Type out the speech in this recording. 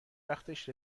وقتش